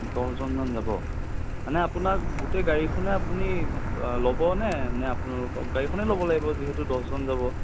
দহজনমান যাব মানে আপোনাক গোটেই গাড়ীখনে আপুনি ল'বনে নে আপোনালোকক গাড়ীখনে ল'ব লাগিব যিহেতু দহজন যাব